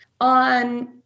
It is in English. On